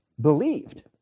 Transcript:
believed